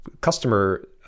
customer